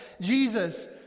Jesus